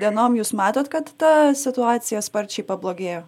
dienom jūs matot kad ta situacija sparčiai pablogėjo